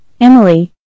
Emily